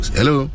Hello